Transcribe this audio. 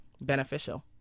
beneficial